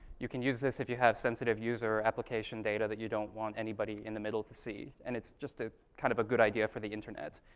you can use this if you have sensitive user application data that you don't want anybody in the middle to see. and it's just ah kind of a good idea for the internet,